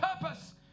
purpose